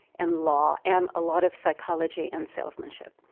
and law and a lot of psychology and salesmanship.